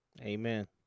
Amen